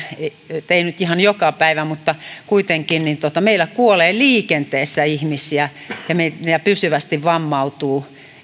ei nyt ihan joka päivä mutta kuitenkin kuolee liikenteessä ihmisiä ja pysyvästi vammautuu